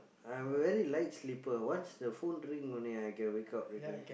I'm a very light sleeper once the phone ring only I can wake up already